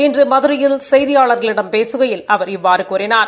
இன்று மதுரையில் செய்தியாளர்களிடம் பேசுகையில் அவர் இவ்வாறு கூறினார்